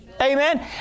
Amen